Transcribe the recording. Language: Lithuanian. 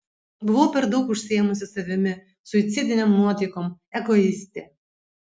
buvau per daug užsiėmusi savimi suicidinėm nuotaikom egoistė